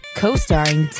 co-starring